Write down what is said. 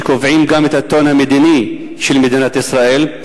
שקובעים גם את הטון המדיני של מדינת ישראל,